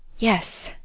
yes,